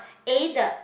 A the